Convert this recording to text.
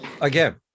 Again